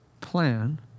plan